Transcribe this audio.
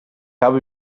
habe